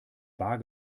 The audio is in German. bar